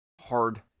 hard